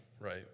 right